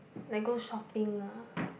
like go shopping lah